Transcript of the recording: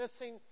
missing